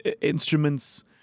instruments